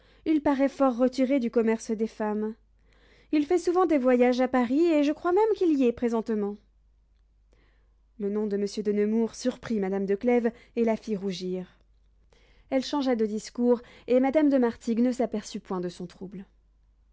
il paraît fort retiré du commerce des femmes il fait souvent des voyages à paris et je crois même qu'il y est présentement le nom de monsieur de nemours surprit madame de clèves et la fit rougir elle changea de discours et madame de martigues ne s'aperçut point de son trouble